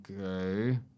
Okay